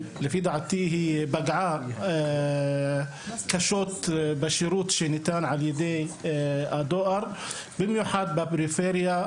לפי דעתי היא פגעה קשות בשירות שניתן על ידי הדואר במיוחד בפריפריה,